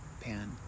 Pan